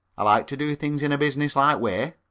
i like to do things in a business-like way.